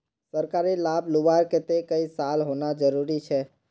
सरकारी लाभ लुबार केते कई साल होना जरूरी छे?